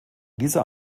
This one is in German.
dieser